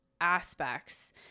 aspects